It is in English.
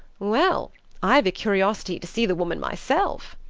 well i've a curiosity to see the woman myself.